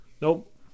Nope